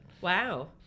Wow